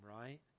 Right